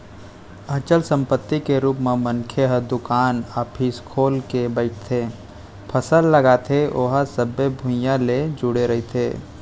अचल संपत्ति के रुप म मनखे ह दुकान, ऑफिस खोल के बइठथे, फसल लगाथे ओहा सबे भुइयाँ ले जुड़े रहिथे